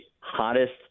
hottest